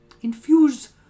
infuse